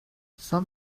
some